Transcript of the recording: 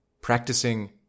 Practicing